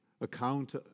account